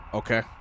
Okay